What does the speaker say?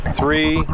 three